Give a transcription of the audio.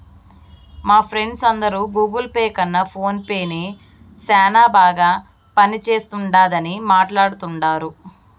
మా ఫ్రెండ్స్ అందరు Google Pay కన్న ఫోన్ పే నే సేనా బాగా పనిచేస్తుండాదని మాట్లాడతాండారు